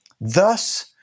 thus